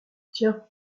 tiens